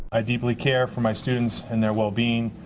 i deeply care for my students and their well-being,